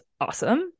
awesome